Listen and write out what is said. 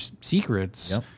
secrets